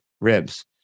ribs